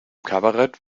kabarett